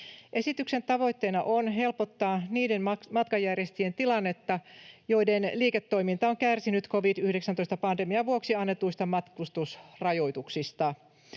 Esityksen tavoitteena on helpottaa niiden matkanjärjestäjien tilannetta, joiden liiketoiminta on kärsinyt covid-19-pandemian vuoksi annetuista matkustusrajoituksista.